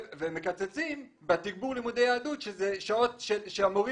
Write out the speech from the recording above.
ומקצצים בתגבור לימודי יהדות שזה שעות שהמורים